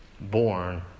born